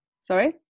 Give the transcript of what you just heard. sorry